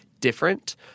different